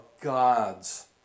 God's